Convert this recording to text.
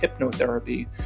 hypnotherapy